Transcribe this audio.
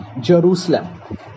Jerusalem